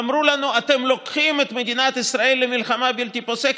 אמרו לנו: אתם לוקחים את מדינת ישראל למלחמה בלתי פוסקת.